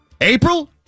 April